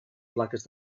plaques